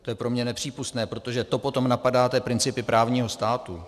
To je pro mě nepřípustné, protože to potom napadáte principy právního státu.